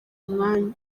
umwanya